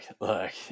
look